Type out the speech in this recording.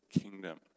kingdom